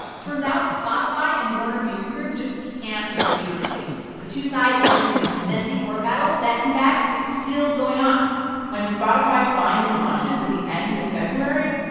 turns out spotify and warner music group just can't agree on a deal. the two sides end up in this messy court battle that, in fact, is still going on when spotify finally launches at the end of february,